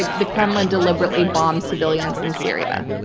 the kremlin deliberately bombed civilians in syria.